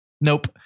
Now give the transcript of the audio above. Nope